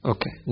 Okay